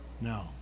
No